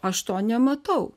aš to nematau